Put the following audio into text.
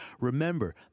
Remember